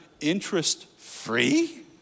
interest-free